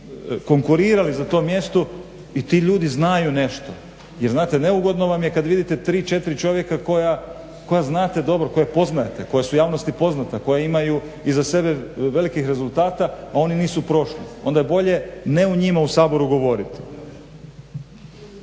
konkurirali za to mjesto i ti ljudi znaju nešto. Jer znate neugodno vam je kad vidite tri, četiri čovjeka koja znate dobro, koja poznajete, koja su javnosti poznata, koja imaju iza sebe velikih rezultata a oni nisu prošli. Onda je bolje ne o njima u Saboru govoriti.